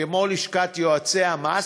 כמו לשכת יועצי המס.